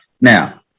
Now